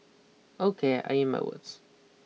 ok I eat my words